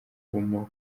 umuvumo